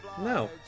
No